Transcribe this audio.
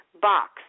box